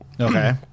Okay